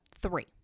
three